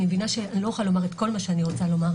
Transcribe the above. כי אני מבינה שאני לא אוכל לומר את כל מה שאני רוצה לומר,